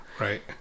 Right